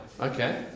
Okay